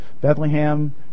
Bethlehem